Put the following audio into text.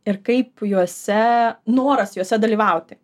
ir kaip juose noras juose dalyvauti